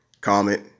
comment